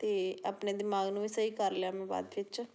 ਅਤੇ ਆਪਣੇ ਦਿਮਾਗ ਨੂੰ ਵੀ ਸਹੀ ਕਰ ਲਿਆ ਮੈਂ ਬਾਅਦ ਵਿੱਚ